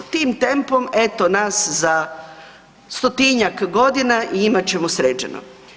Tim tempom eto nas za 100-njak godina i imat ćemo sređeno.